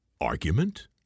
argument